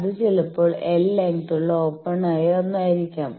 അത് ചിലപ്പോൾ L ലെങ്ത്തുള്ള ഓപ്പൺ ആയ ഒന്നായിരിക്കാം